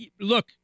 Look